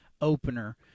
opener